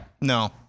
No